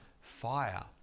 fire